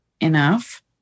enough